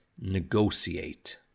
Negotiate